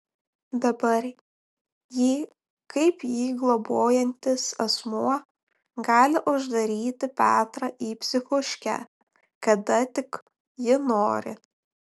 dabar ji kaip jį globojantis asmuo gali uždaryti petrą į psichuškę kada tik ji nori